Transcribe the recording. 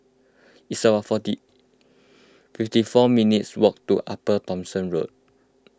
it's about forty fifty four minutes' walk to Upper Thomson Road